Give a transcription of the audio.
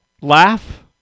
laugh